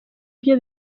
byo